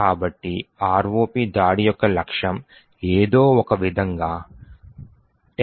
కాబట్టి ROP దాడి యొక్క లక్ష్యం ఏదో ఒకవిధంగా 10